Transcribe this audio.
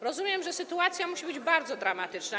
Rozumiem, że sytuacja musi być bardzo dramatyczna.